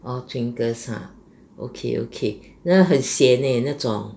orh Pringles ha okay okay 那很咸 leh 那种